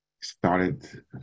started